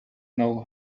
know